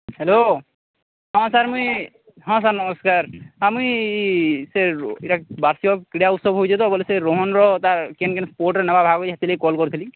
hello ହଁ sir ମୁଇଁ ହଁ ସାର୍ ନମସ୍କାର ସାର୍ ମୁଇଁ ଇ ସେ ଇଟା ବାର୍ଷିକ କ୍ରୀିଡ଼ା ଉତ୍ସବ ହଉଛେ ତ ବଏଲେ ସେ ରୋହନ୍ର ତାର୍ କେନ୍ କେନ୍କେନ୍ ସ୍ପୋର୍ଟ୍ରେ ନେବା ଭାଗ୍ ଯେ ହେଥିର୍ଲାଗି କଲ୍ କରିଥିଲି